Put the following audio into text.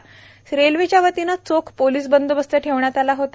याठिकाणी रेल्वेच्या वतीने चोख पोलीस बंदोबस्त ठेवण्यात आला होता